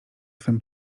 twym